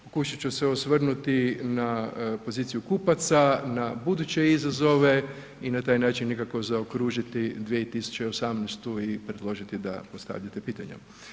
Pokušat ću se osvrnuti na poziciju kupaca, na buduće izazove i na taj način nekako zaokružiti 2018. i predložiti da postavljate pitanja.